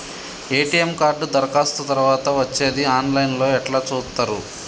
ATM card దరఖాస్తు తరువాత వచ్చేది ఆన్ లైన్ లో ఎట్ల చూత్తరు?